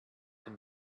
him